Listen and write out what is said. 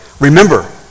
Remember